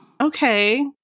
okay